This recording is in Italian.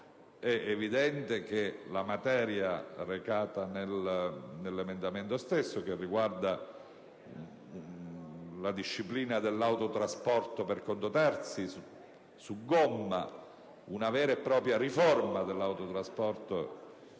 È evidente che la materia recata daell'emendamento stesso, che riguarda la disciplina dell'autotrasporto per conto terzi su gomma (una vera e propria riforma, o controriforma: